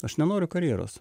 aš nenoriu karjeros